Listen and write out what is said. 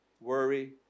worry